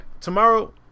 tomorrow